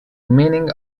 meaning